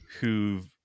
who've